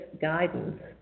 guidance